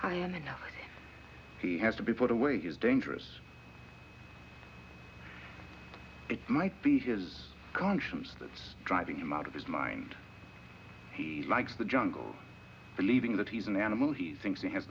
him he has to be put away he is dangerous it might be his conscience that's driving him out of his mind he likes the jungle believing that he's an animal he thinks he ha